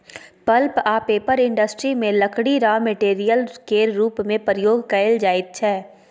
pulp आ paper industry मे लकड़ी राँ मेटेरियल केर रुप मे प्रयोग कएल जाइत छै